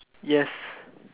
yes